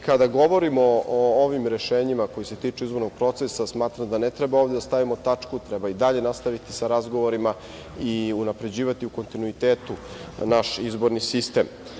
Kada govorimo o ovim rešenjima koja se tiču izbornog procesa, smatram da ne treba ovde da stavimo tačku, treba i dalje nastaviti sa razgovorima i unapređivati u kontinuitetu naš izborni sistem.